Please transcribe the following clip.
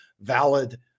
valid